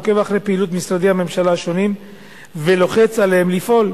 עוקב אחרי פעילות משרדי הממשלה השונים ולוחץ עליהם לפעול.